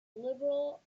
liberal